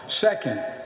Second